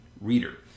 Reader